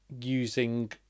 using